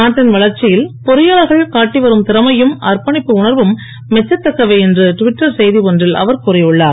நாட்டின் வளர்ச்சியில் பொறியாளர்கள் காட்டி வரும் திறமையும் அர்ப்பணிப்பு உணர்வும் மெச்சத்தக்கவை என்று டவிட்டர் செய்தி ஒன்றில் அவர் கூறியுள்ளார்